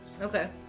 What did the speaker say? Okay